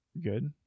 good